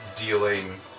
dealing